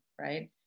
right